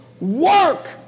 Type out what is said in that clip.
work